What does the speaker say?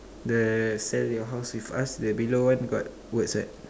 the sell your house with us the below one got words right